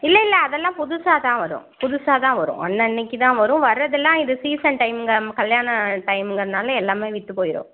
இல்லை இல்லை அதெல்லாம் புதுசாகதான் வரும் புதுசாகதான் வரும் அன்னன்றைக்குதான் வரும் வர்றதெல்லாம் இது சீசன் டைமுங்க நம்ப கல்யாணம் டைமுங்கிறனால எல்லாமே விற்று போயிடும்